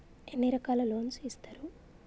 ఎన్ని రకాల లోన్స్ ఇస్తరు?